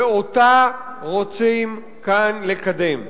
ואותה רוצים כאן לקדם.